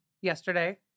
yesterday